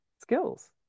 skills